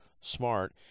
Smart